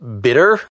bitter